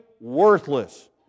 worthless